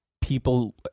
People